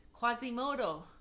Quasimodo